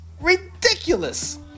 ridiculous